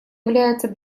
является